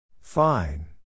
Fine